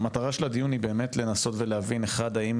מטרת הדיון היא באמת לנסות ולהבין א'- האם